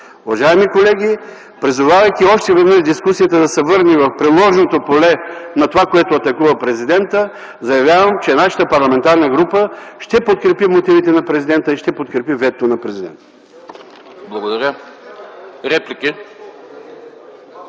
Уважаеми колеги, призовавайки още веднъж дискусията да се върне в приложното поле на това, което атакува президентът, заявявам, че нашата парламентарна група ще подкрепи мотивите на президента и ще подкрепи ветото на президента.